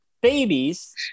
Babies